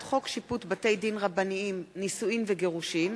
(תיקון, ניעור וטלטול פעוט),